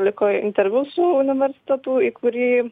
liko interviu su universitetu į kurį